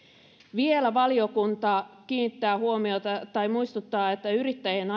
vielä valiokunta kiinnittää huomiota tai muistuttaa että yrittäjien